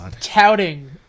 touting